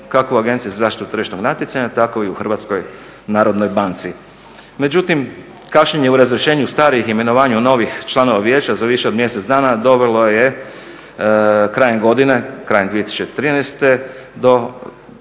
kako u Agenciji za zaštitu tržišnog natjecanja tako i u HNB-u. Međutim, kašnjenje u razrješenju starih, imenovanju novih članova Vijeća za više od mjesec dna dovelo je krajem godine, krajem 2013. do